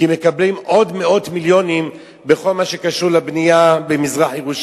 כי הם מקבלים עוד מאות מיליונים בכל מה שקשור לבנייה במזרח-ירושלים.